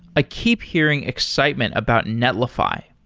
i keep hearing excitement about netlify.